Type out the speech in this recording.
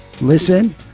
Listen